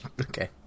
Okay